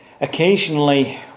Occasionally